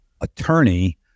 attorney